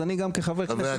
אז אני כחבר כנסת,